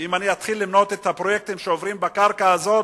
שאם אני אתחיל למנות את הפרויקטים שעוברים בקרקע הזאת,